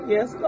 Yes